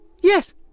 Yes